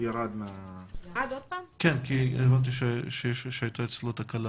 הבנתי שהייתה אצלו תקלה.